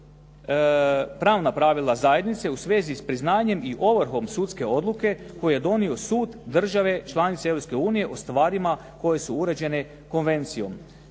pravna pravila zajednice u svezi s priznanjem i ovrhom sudske odluke koju je donio sud države članice Europske unije o stvarima koje su uređene konvencijom.